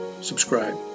subscribe